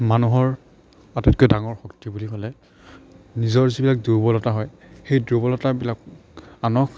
মানুহৰ আটাইতকৈ ডাঙৰ শক্তি বুলি ক'লে নিজৰ যিবিলাক দুৰ্বলতা হয় সেই দুৰ্বলতাবিলাক আনক